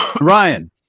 Ryan